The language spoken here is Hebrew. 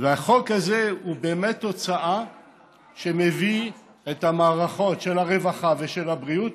החוק הזה הוא באמת תוצאה שמביאה את המערכות של הרווחה ושל הבריאות